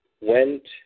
went